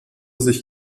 sich